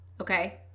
Okay